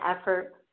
effort